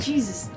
Jesus